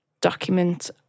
document